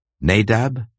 Nadab